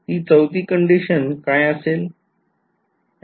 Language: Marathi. ती चौथी कंडिशन काय असेल